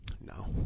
No